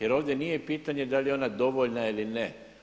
Jer ovdje nije pitanje da li je ona dovoljna ili ne?